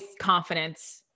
confidence